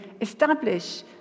establish